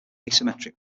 asymmetric